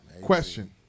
Question